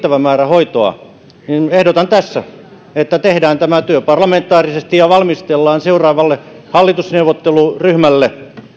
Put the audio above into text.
riittävän määrän hoitoa niin ehdotan tässä että tehdään tämä työ parlamentaarisesti ja valmistellaan seuraavalle hallitusneuvotteluryhmälle